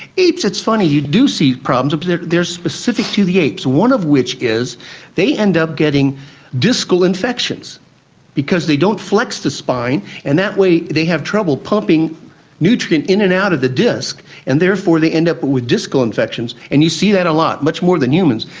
apes, it's funny, you do see problems but like they are specific to the apes, one of which is they end up getting discal infections because they don't flex the spine and that way they have trouble pumping nutrient in and out of the disc and therefore they end up but with discal infections. and you see that a lot, much more than humans.